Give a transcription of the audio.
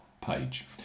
page